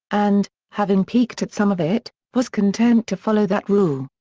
and, having peeked at some of it, was content to follow that rule.